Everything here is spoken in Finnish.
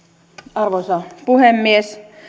arvoisa puhemies